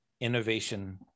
innovation